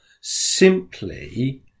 simply